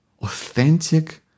authentic